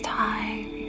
time